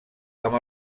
amb